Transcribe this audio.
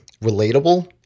relatable